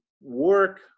work